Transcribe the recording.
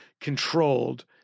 controlled